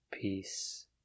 peace